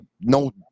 no